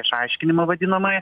išaiškinimą vadinamąjį